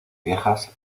viejas